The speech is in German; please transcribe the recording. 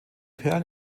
perlen